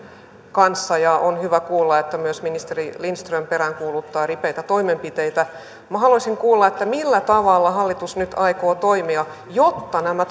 kanssa ja on hyvä kuulla että myös ministeri lindström peräänkuuluttaa ripeitä toimenpiteitä minä haluaisin kuulla millä tavalla hallitus nyt aikoo toimia jotta nämä